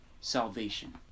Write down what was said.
salvation